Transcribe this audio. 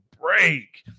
break